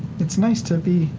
it's nice to be